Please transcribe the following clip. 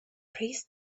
prays